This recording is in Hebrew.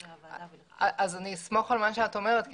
אני אסמוך על מה שאת אומרת,